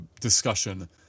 discussion